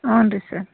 ಊನ್ರೀ sir